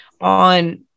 on